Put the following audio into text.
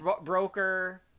broker